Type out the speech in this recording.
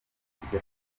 udushya